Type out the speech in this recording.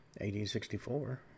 1864